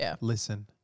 listen